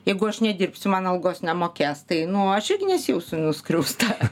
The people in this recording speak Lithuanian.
jeigu aš nedirbsiu man algos nemokės tai nu aš irgi nesijausiu nuskriausta